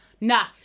Nah